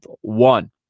one